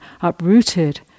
uprooted